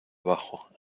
abajo